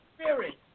Spirit